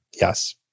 Yes